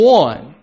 one